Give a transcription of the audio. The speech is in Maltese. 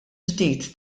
ġdid